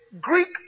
Greek